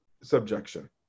subjection